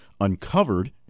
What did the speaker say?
uncovered